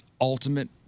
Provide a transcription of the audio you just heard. ultimate